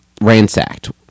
ransacked